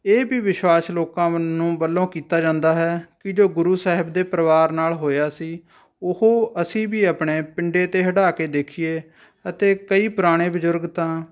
ਇਹ ਵੀ ਵਿਸ਼ਵਾਸ਼ ਲੋਕਾਂ ਨੂੰ ਵੱਲੋਂ ਕੀਤਾ ਜਾਂਦਾ ਹੈ ਕਿ ਜੋ ਗੁਰੂ ਸਾਹਿਬ ਦੇ ਪਰਿਵਾਰ ਨਾਲ ਹੋਇਆ ਸੀ ਉਹ ਅਸੀਂ ਵੀ ਆਪਣੇ ਪਿੰਡੇ 'ਤੇ ਹੰਢਾ ਕੇ ਦੇਖੀਏ ਅਤੇ ਕਈ ਪੁਰਾਣੇ ਬਜ਼ੁਰਗ ਤਾਂ